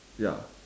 ya